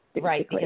Right